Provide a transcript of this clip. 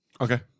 Okay